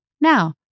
Now